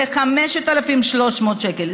ל-5,300 שקלים.